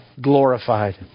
glorified